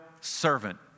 servant